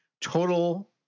total